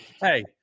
Hey